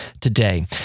today